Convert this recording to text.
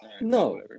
No